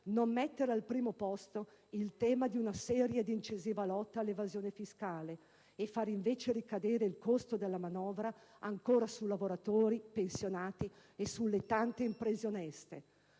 non mettere al primo posto il tema di una seria ed incisiva lotta all'evasione fiscale, facendo invece ricadere il costo della manovra ancora sui lavoratori, sui pensionati e sulle tante imprese oneste.